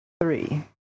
three